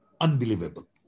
unbelievable